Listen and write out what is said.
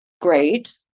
great